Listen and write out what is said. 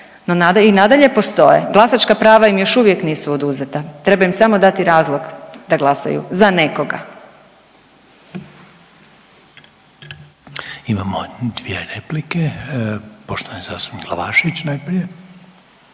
i nadalje postoje, glasačka prava im još uvijek nisu oduzeta, treba im samo dati razlog da glasaju za nekoga. **Reiner, Željko (HDZ)** Imamo dvije replike, poštovani zastupnik Glavašević najprije.